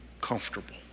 comfortable